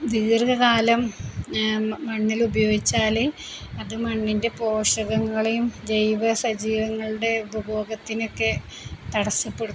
ദീർഘകാലം മണ്ണിലുപയോഗിച്ചാല് അതു മണ്ണിൻ്റെ പോഷകങ്ങളെയും ജൈവസജീവങ്ങളുടെ ഉപഭോഗത്തിനെയൊക്കെ തടസ്സപ്പെടുത്തും